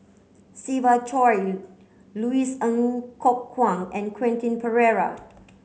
Siva Choy Louis Ng Kok Kwang and Quentin Pereira